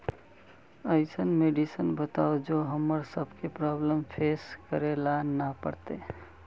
ऐसन मेडिसिन बताओ जो हम्मर सबके प्रॉब्लम फेस करे ला ना पड़ते?